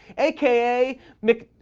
aka mcchao.